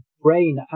brain